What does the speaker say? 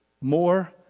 more